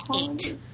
Eight